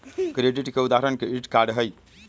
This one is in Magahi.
क्रेडिट के उदाहरण क्रेडिट कार्ड हई